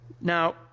Now